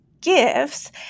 gifts